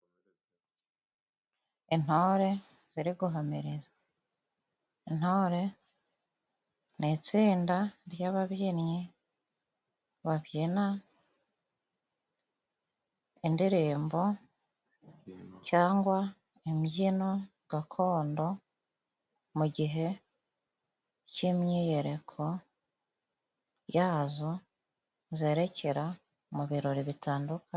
Intore ziri guhamiriza, intore ni itsinda ry'ababyinnyi babyina indirimbo cyangwa imbyino gakondo mu gihe cy'imyiyereko yazo, zerekera mu birori bitandukanye.